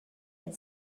had